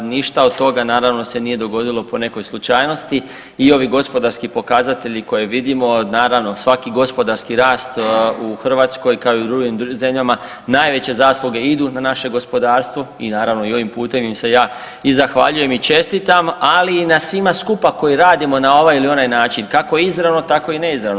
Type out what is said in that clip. Ništa od toga naravno se nije dogodilo po nekoj slučajnosti i ovi gospodarski pokazatelji koje vidimo, naravno svaki gospodarski rast u Hrvatskoj kao i u drugim zemljama najveće zasluge idu na naše gospodarstvo i naravno i ovim putem im se ja i zahvaljujem i čestitam, ali i na svima skupa koji radimo na ovaj ili onaj način kako izravno tako i neizravno.